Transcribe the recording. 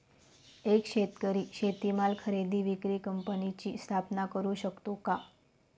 एक शेतकरी शेतीमाल खरेदी विक्री कंपनीची स्थापना करु शकतो का?